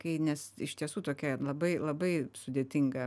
kai nes iš tiesų tokia labai labai sudėtinga